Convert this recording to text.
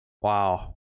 Wow